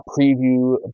preview